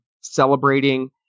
celebrating